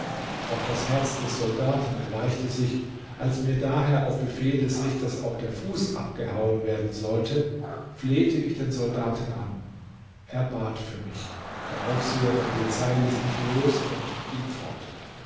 auch das herz des soldaten erweichte sich als mir daher auf befehl des richters auch der fuß abgehauen werden sollte man begreift nicht warum auch der fuß abgehauen werden sollte da diese strafe doch nach dem mohammedanischen gesetze nicht bei einem ersten diebstahl angewandt wird flehte ich den soldaten an er bat für mich der aufseher der polizei ließ mich los und ging fort